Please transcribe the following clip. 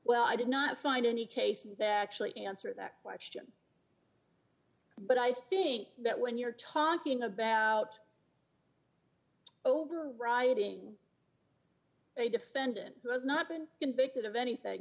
well i did not find any cases that actually answer that question but i think that when you're talking about overriding a defendant who has not been convicted of anything